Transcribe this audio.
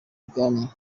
bwami